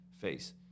face